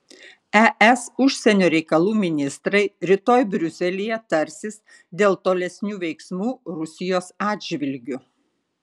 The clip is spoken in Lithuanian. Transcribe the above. es užsienio reikalų ministrai rytoj briuselyje tarsis dėl tolesnių veiksmų rusijos atžvilgiu